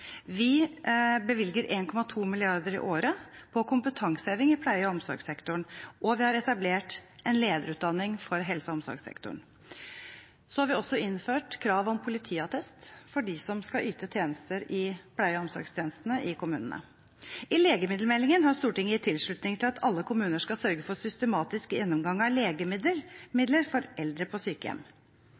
Vi bevilger 1,2 mrd. kr i året til kompetanseheving i pleie- og omsorgssektoren, og vi har etablert en lederutdanning for helse- og omsorgssektoren. Vi har også innført krav om politiattest for dem som skal yte tjenester i pleie- og omsorgstjenestene i kommunene. I legemiddelmeldingen har Stortinget gitt tilslutning til at alle kommuner skal sørge for systematisk gjennomgang av legemidler for eldre på sykehjem. For to uker siden besøkte kollega Bård Hoksrud og jeg Lambertseter alders- sykehjem.